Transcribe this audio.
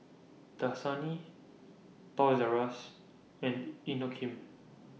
Dasani Toys R US and Inokim